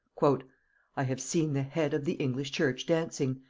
i have seen the head of the english church dancing!